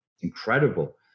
Incredible